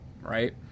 right